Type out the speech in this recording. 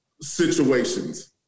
situations